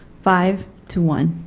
five to one